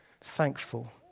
thankful